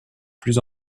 plus